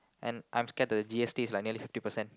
and I'm scared that the G_S_T is like nearly fifty percent